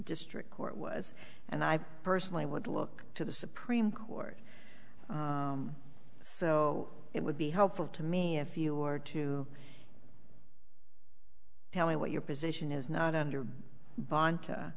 district court was and i personally would look to the supreme court so it would be helpful to me if you were to tell me what your position is not under bond